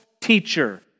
teacher